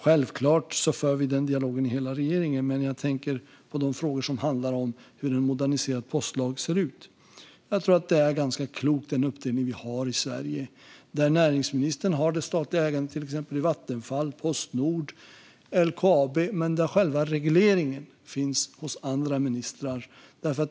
Givetvis för vi denna dialog i hela regeringen, men jag tänker på de frågor som handlar om hur en moderniserad postlag ska se ut. Jag tror att den uppdelning vi har i Sverige är ganska klok, där näringsministern ansvarar för det statliga ägandet i exempelvis Vattenfall, Postnord och LKAB men där själva regleringen finns hos andra ministrar.